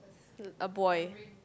a buoy